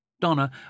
Donna